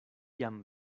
jam